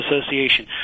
Association